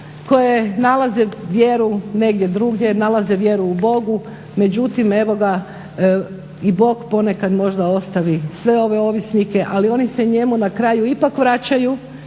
koje nalaze vjeruj negdje drugdje, nalaze vjeru u Bogu. Međutim, evo ga i Bog poneka možda ostavi sve ove ovisnike, ali oni se njemu na kraju ipak vraćaju